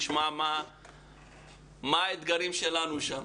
נשמע מה האתגרים שלנו שם.